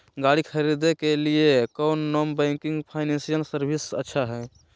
गाड़ी खरीदे के लिए कौन नॉन बैंकिंग फाइनेंशियल सर्विसेज अच्छा है?